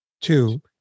Two